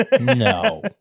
No